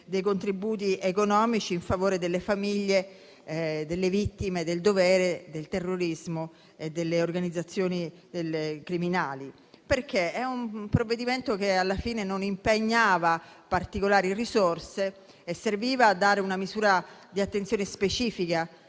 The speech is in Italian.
dei contributi economici in favore delle famiglie delle vittime del dovere, del terrorismo e delle organizzazioni criminali, perché è una norma che alla fine non avrebbe impegnato particolari risorse e sarebbe servito a dare una misura di attenzione specifica